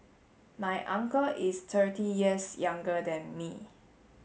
my uncle is thirty years younger than me